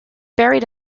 buried